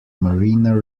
marina